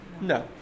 No